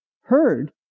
heard